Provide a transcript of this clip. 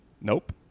Nope